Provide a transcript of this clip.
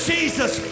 Jesus